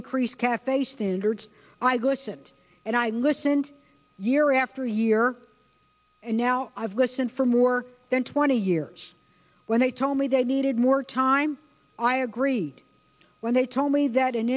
increased cafe standards i glisten and i listened year after year and now i've listened for more than twenty years when they told me they needed more time i agreed when they told me that an